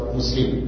Muslim